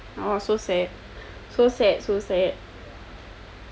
orh so sad so sad so sad